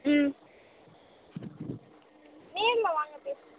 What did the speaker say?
ம் நேரில் வாங்க பேசிக்க